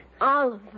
Oliver